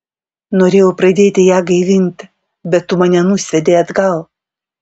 norėjau pradėti ją gaivinti bet tu mane nusviedei atgal